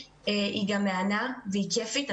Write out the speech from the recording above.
היא גם מהנה והיא כייפית.